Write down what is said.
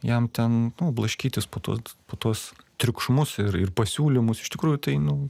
jam ten nu blaškytis po tuos po tuos triukšmus ir ir pasiūlymus iš tikrųjų tai nu